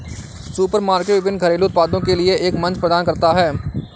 supermarket विभिन्न घरेलू उत्पादों के लिए एक मंच प्रदान करता है